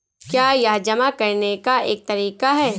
क्या यह जमा करने का एक तरीका है?